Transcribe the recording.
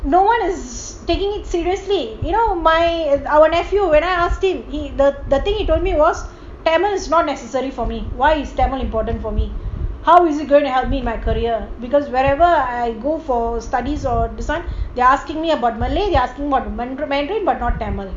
no one is taking it seriously you know my our nephew when I asked him he the the thing he told me was tamil is not necessary for me why is tamil important for me how is it going to help me my career because wherever I go for studies or this one they are asking me about malay they asking about mandarin but not tamil